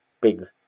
big